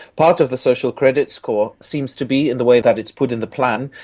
part of the social credit score seems to be in the way that it is put in the plan,